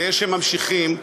ולאלה שממשיכים,